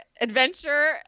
adventure